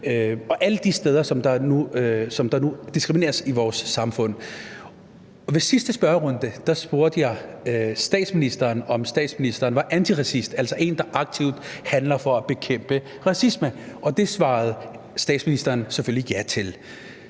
og alle de steder, hvor der nu diskrimineres i vores samfund, og ved sidste spørgerunde spurgte jeg statsministeren, om statsministeren var antiracist, altså en, der aktivt handler for at bekæmpe racisme, og det svarede statsministeren selvfølgelig ja til.